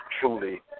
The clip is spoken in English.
truly